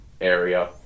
area